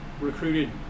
recruited